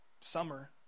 summer